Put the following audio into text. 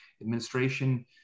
administration